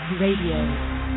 Radio